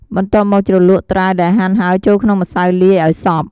បន្ទាប់មក ជ្រលក់ត្រាវដែលហាន់ហើយចូលក្នុងម្សៅលាយ ឱ្យសព្វ។